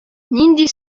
нинди